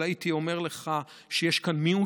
אבל הייתי אומר לך שיש כאן מיעוט,